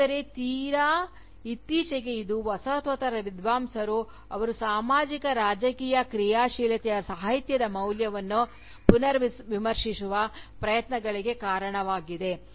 ಆದರೆ ತೀರಾ ಇತ್ತೀಚೆಗೆ ಇದು ವಸಾಹತೋತ್ತರ ವಿದ್ವಾಂಸರು ಅವರ ಸಾಮಾಜಿಕ ರಾಜಕೀಯ ಕ್ರಿಯಾಶೀಲತೆಯ ಸಾಹಿತ್ಯದ ಮೌಲ್ಯವನ್ನು ಪುನರ್ವಿಮರ್ಶಿಸುವ ಪ್ರಯತ್ನಗಳಿಗೆ ಕಾರಣವಾಗಿದೆ